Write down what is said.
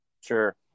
Sure